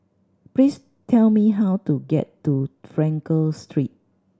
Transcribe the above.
please tell me how to get to Frankel Street